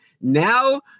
Now